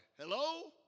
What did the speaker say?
Hello